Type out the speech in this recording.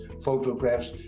photographs